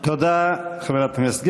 תודה, חברת הכנסת גרמן.